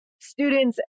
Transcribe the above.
students